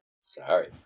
Sorry